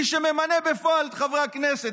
מי שממנה בפועל את חברי הכנסת,